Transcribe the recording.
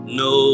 no